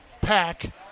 pack